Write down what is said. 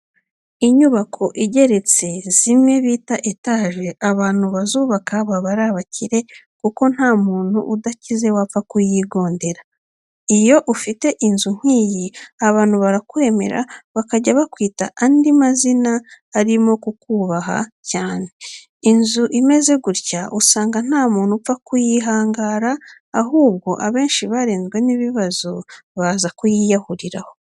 Inyubako igeretse zimwe bita etaje, abantu bazubaka baba ari abakire kuko nta muntu udakize wapfa kuyigondera. Iyo ufite inzu nk'iyi abantu barakwemera bakajya bakwita andi mazina arimo kukubaha cyane. Inzu imeze gutya usanga nta muntu upfa kuyihangara ahubwo abenshi barenzwe n'ibibazo baza kuyiyahuriraho.